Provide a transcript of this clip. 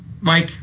Mike